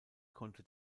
konnte